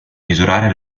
misurare